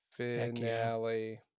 finale